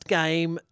game